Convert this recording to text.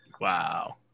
Wow